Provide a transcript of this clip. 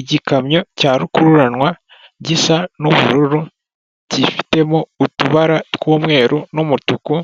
Igikamyo cya rukururanwa gisa n'ubururu kifitemo utubara tw'umweru n'umutuku